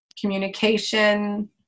communication